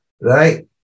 right